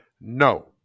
No